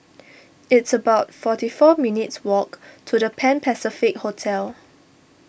it's about forty four minutes' walk to the Pan Pacific Hotel